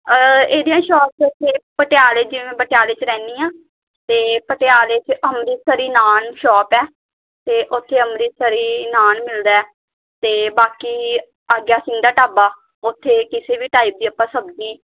ਇਹਦੀਆਂ ਸ਼ੌਪਸ ਉੱਥੇ ਪਟਿਆਲੇ ਜਿਵੇਂ ਮੈਂ ਪਟਿਆਲੇ 'ਚ ਰਹਿੰਦੀ ਹਾਂ ਅਤੇ ਪਟਿਆਲੇ 'ਚ ਅੰਮ੍ਰਿਤਸਰੀ ਨਾਨ ਸ਼ੌਪ ਹੈ ਅਤੇ ਉੱਥੇ ਅੰਮ੍ਰਿਤਸਰੀ ਨਾਨ ਮਿਲਦਾ ਹੈ ਅਤੇ ਬਾਕੀ ਆਗਿਆ ਸਿੰਘ ਦਾ ਢਾਬਾ ਉੱਥੇ ਕਿਸੇ ਵੀ ਟਾਈਪ ਦੀ ਆਪਾਂ ਸਬਜ਼ੀ